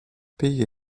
payer